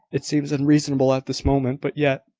it seems unreasonable at this moment but yet,